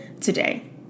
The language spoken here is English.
today